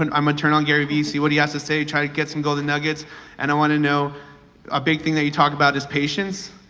and i'm gonna ah turn on garyvee see what he has to say, try to get some golden nuggets and i wanna know a big thing that you talk about is patience.